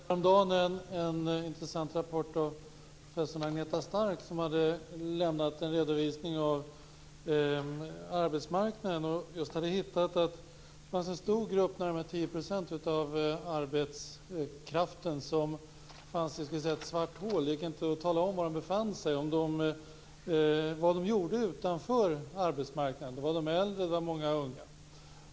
Fru talman! Jag läste härom dagen en intressant rapport av professor Agneta Stark. Hon hade lämnat en redovisning av arbetsmarknaden. Hon hade hittat en stor grupp, närmare 10 % av arbetskraften, som så att säga fanns i ett svart hål. Det gick inte att tala om var de befann sig, vad de gjorde utanför arbetsmarknaden. Det var äldre och det var många unga.